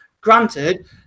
Granted